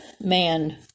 man